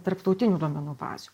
tarptautinių duomenų bazių